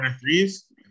threes